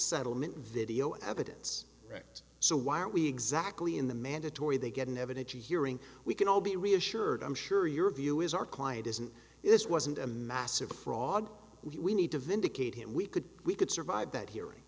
settlement video evidence so why aren't we exactly in the mandatory they get in evidence you hearing we can all be reassured i'm sure your view is our client isn't this wasn't a massive fraud we need to vindicate him we could we could survive that hearing